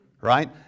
right